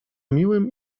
miłym